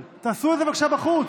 תעשו את זה בבקשה בחוץ.